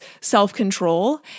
self-control